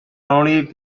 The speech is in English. only